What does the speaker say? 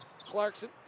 Clarkson